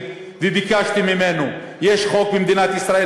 וביקשתי ממנו: יש חוק במדינת ישראל,